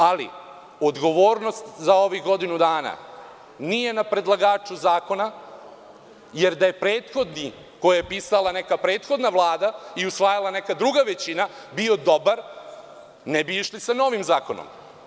Ali, odgovornost za ovih godinu dana nije na predlagaču zakona, jer da je prethodni, koji je pisala neka prethodna vlada i usvajala neka druga većina bio dobar, ne bi išli sa novim zakonom.